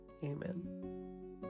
Amen